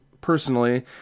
personally